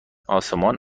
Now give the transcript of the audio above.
آسمان